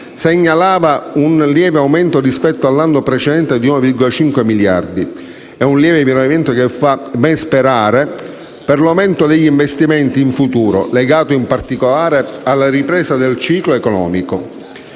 segnala un lieve aumento rispetto all'anno precedente di 1,5 miliardi, che fa ben sperare per l'aumento degli investimenti in futuro, legato in particolare alla ripresa del ciclo economico.